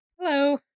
Hello